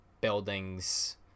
buildings